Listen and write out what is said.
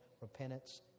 repentance